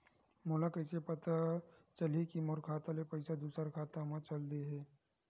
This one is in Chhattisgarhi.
मोला कइसे पता चलही कि मोर खाता ले पईसा दूसरा खाता मा चल देहे?